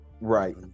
Right